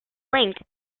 linked